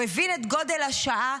הוא הבין את גודל השעה,